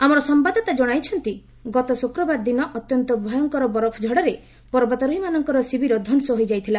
ଆମର ସମ୍ଭାଦଦାତା କଣାଇଛନ୍ତି ଗତ ଶୁକ୍ରବାର ଦିନ ଅତ୍ୟନ୍ତ ଭୟଙ୍କର ବରଫ ଝଡ଼ରେ ପବର୍ତାରୋହୀମାନଙ୍କର ଶିବିର ଧ୍ୱଂସ ହୋଇଯାଇଥିଲା